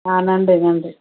ஆ நன்றி நன்றி